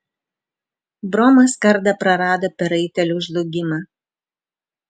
bromas kardą prarado per raitelių žlugimą